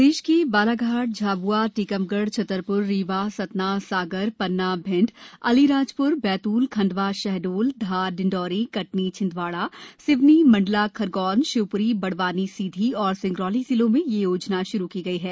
प्रदेश के बालाघाट झाबुआ टीकमगढ़ छतरपुर रीवा सतना सागर पन्ना भिंड अलीराजपुर बैतूल खंडवा शहडोल धार डिंडौरी कटनी छिंदवाड़ा सिवनी मंडला खरगोन शिवपुरी बड़वानी सीधी और सिंगरौली जिलों में यह योजना शुरू की गई है